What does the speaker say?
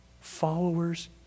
followers